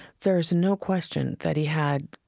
there's no question that he had,